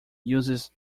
uses